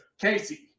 Casey